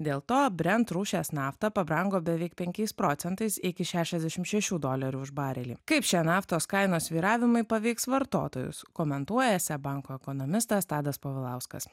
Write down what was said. dėl to brent rūšies nafta pabrango beveik penkiais procentais iki šešiasdešim šešių dolerių už barelį kaip šie naftos kainos svyravimai paveiks vartotojus komentuoja seb banko ekonomistas tadas povilauskas